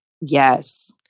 Yes